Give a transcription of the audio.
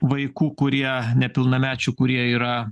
vaikų kurie nepilnamečių kurie yra